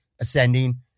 ascending